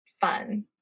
fun